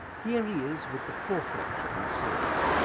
here he is with the fourth lecture in the series,